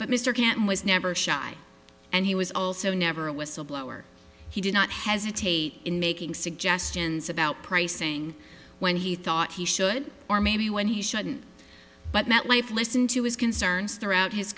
but mr kant was never shy and he was also never a whistleblower he did not hesitate in making suggestions about pricing when he thought he should or maybe when he shouldn't but met life listen to his concerns throughout his